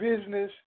business